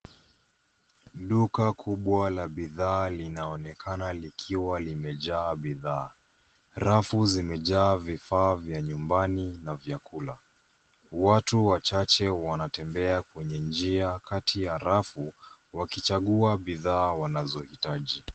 Duka kubwa la bidhaa linaonekana likiwa limejaa bidhaa. Rafu zimejaa vifaa vya nyumbani na vyakula. Watu wachache wanatembea kwenye njia katiya rafu wakichagua bidhaa wanazohitaji.